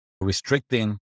restricting